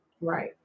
Right